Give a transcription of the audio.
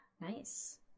Nice